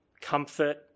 comfort